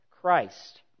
Christ